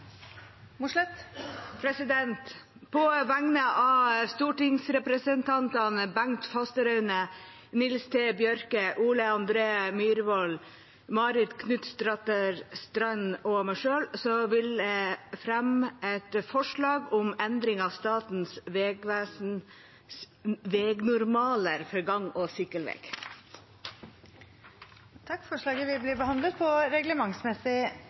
Mossleth vil fremsette et representantforslag. På vegne av stortingsrepresentantene Bengt Fasteraune, Nils T. Bjørke, Ole André Myhrvold, Marit Knutsdatter Strand og meg selv vil jeg fremme et forslag om endring av Statens vegvesens vegnormaler for gang- og sykkelveg. Forslaget vil bli behandlet på reglementsmessig